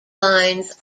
lines